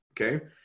Okay